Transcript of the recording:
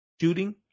shooting